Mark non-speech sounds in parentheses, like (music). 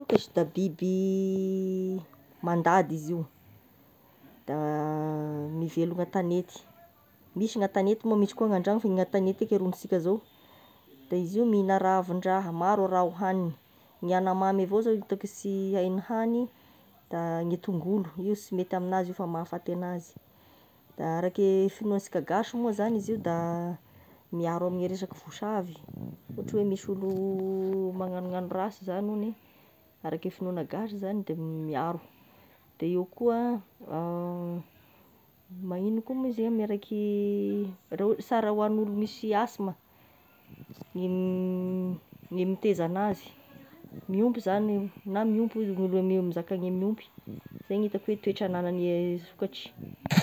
Ny sokatry da biby (hesitation) mandady izy io, da (hesitation) mivelogna an-tanety, misy gn'an-tanety moa misy koa gn'an-dragno, gn'an-tanety eky e horohisika zao dia izy io mihina ravin-draha maro raha hoaniny, ny anamamy avao zao itako sy hainy hany, da gny tongolo io sy mety amignazy fa mahafaty anazy, da arake fignoasika gasy moa zagny, izy io da (hesitation) miaro ammin'ny resaka vosavy, ohatry oe misy olo magnanognano rasy zany hony, arake finoana gasy zany de miaro, dia io koa (hesitation) magnino koa moa izy e ame araiky (hesitation) raha ohatra sara ho an'olo misy asthme ny (hesitation) gne miteza anazy, miompy zany na miompy hozy gny olo e mizaka ny miompy zay ny hitako hoe toetra ananan'ny sokatra.